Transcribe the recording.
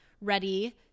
ready